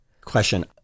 question